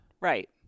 Right